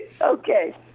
Okay